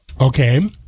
Okay